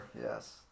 Yes